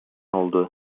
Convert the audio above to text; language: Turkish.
oldu